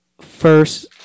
first